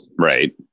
Right